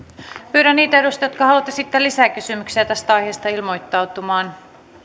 pyydän niitä edustajia jotka haluavat esittää lisäkysymyksiä tästä aiheesta ilmoittautumaan